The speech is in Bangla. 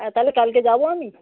হ্যাঁ তাহলে কালকে যাব আমি